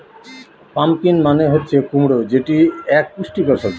pumpkin মানে হচ্ছে কুমড়ো যেটি এক পুষ্টিকর সবজি